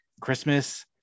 Christmas